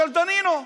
של דנינו.